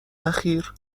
اخیر